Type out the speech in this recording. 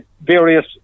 various